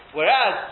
Whereas